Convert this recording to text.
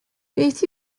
beth